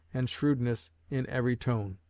and shrewdness in every tone.